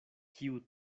kiu